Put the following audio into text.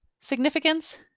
Significance